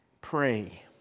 pray